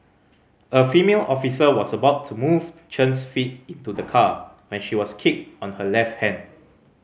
a female officer was about to move Chen's feet into the car when she was kicked on her left hand